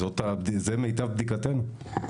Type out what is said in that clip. זאת בדיקתנו.